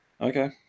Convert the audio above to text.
Okay